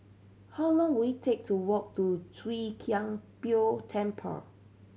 how long will it take to walk to Chwee Kang Beo Temple